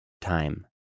time